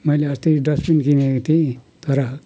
मैले अस्ति डस्टबिन किनेको थिएँ तर